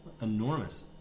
enormous